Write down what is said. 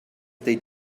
they